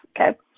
Okay